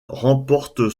remporte